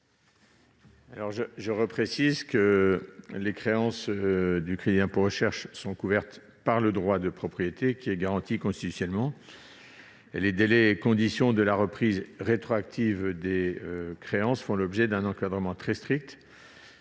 de nouveau que les créances du crédit d'impôt recherche sont couvertes par le droit de propriété, constitutionnellement garanti. Les délais et conditions de la reprise rétroactive des créances font l'objet d'un encadrement très strict.